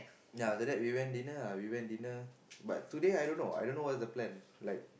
ya then after that we went dinner we went dinner but today I don't know I don't know what's the plan like